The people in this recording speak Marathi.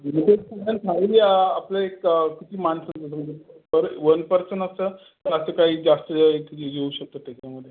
थाळी या आपलं एक किती माणसं करेक्ट वन पर्सन असतं का असं काही जास्त एखादं येऊ शकतं त्याच्यामध्ये